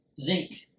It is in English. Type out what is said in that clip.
Zinc